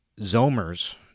Zomers